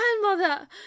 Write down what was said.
grandmother